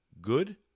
good